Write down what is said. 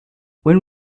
when